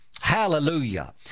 Hallelujah